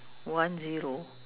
one zero